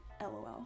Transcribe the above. LOL